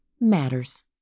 matters